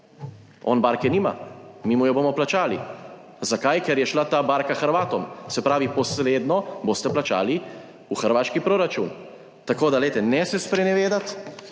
On barke nima. Mi mu jo bomo plačali. Zakaj? Ker je šla ta barka Hrvatom. Se pravi, posredno boste plačali v hrvaški proračun. Tako da glejte, ne se sprenevedati,